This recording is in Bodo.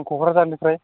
आं क'क्राझारनिफ्राय